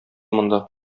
монда